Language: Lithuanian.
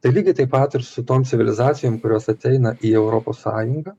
tai lygiai taip pat ir su tom civilizacijom kurios ateina į europos sąjungą